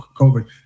COVID